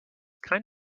kind